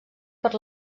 per